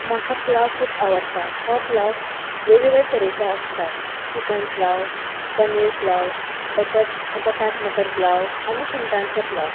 म्हाका पुलाव खूब आवडटा हो पुलाव वेगवेगळे तरेचो आसता चिकन पुलाव पनीर पुलाव बटाट मटर पुलाव आनी सुंगटांचो पुलाव